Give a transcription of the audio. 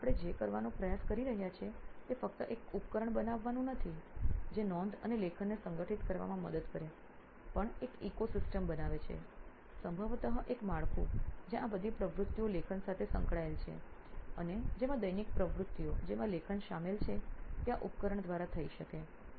તેથી આપણે જે કરવાનો પ્રયાસ કરી રહ્યા છીએ તે ફક્ત એક ઉપકરણ બનાવવાનું નથી જે નોંધ અને લેખનને સંગઠિત કરવામાં મદદ કરે છે પણ એક ઇકોસિસ્ટમ બનાવે છે સંભવત એક માળખું જ્યાં આ બધી પ્રવૃત્તિઓ લેખન સાથે સંકળાયેલ છે અને જેમાં દૈનિક પ્રવૃત્તિઓ જેમાં લેખન શામેલ છે તે આ ઉપકરણ દ્વારા થઈ શકે છે